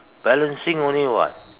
balancing only what